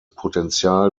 potenzial